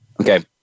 Okay